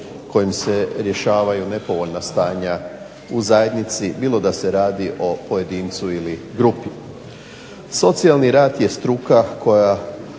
kojim se rješavaju nepovoljna stanja u zajednici bilo da se radi o pojedincu ili grupi. Socijalni rad je struka koja